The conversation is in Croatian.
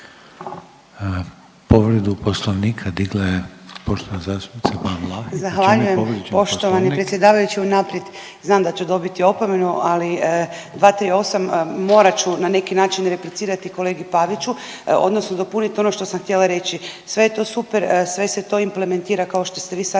povrijeđen poslovnik? **Ban, Boška (SDP)** Zahvaljujem poštovani predsjedavajući unaprijed, znam da ću dobiti opomenu, ali 238., morat ću na neki način replicirati kolegi Paviću odnosno dopunit ono što sam htjela reći, sve je to super, sve se to implementira kao što ste vi sami